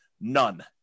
None